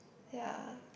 ya